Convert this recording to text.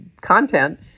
content